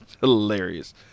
hilarious